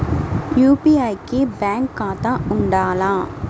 UPI కి bank ఖాతా ఉండాల?